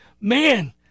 man